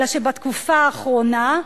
אלא שבתקופה האחרונה,